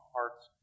hearts